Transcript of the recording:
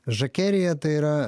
žakerija tai yra